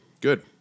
Good